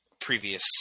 previous